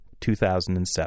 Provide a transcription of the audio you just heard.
2007